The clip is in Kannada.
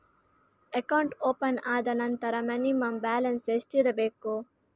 ಅಕೌಂಟ್ ಓಪನ್ ಆದ ನಂತರ ಮಿನಿಮಂ ಬ್ಯಾಲೆನ್ಸ್ ಎಷ್ಟಿರಬೇಕು?